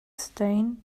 stain